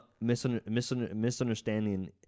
misunderstanding